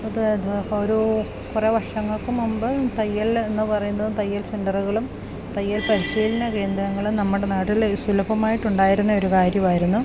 അത് ഒരു കുറെ വർഷങ്ങൾക്കും മുമ്പ് തയ്യൽ എന്ന് പറയുന്നത് തയ്യൽ സെൻ്ററുകളും തയ്യൽ പരിശീലന കേന്ദ്രങ്ങളും നമ്മുടെ നാട്ടില് സുലഭമായിട്ടുണ്ടായിരുന്ന ഒരു കാര്യവായിരുന്നു